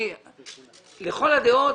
לכל הדעות,